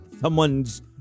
Someone's